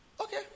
okay